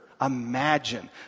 Imagine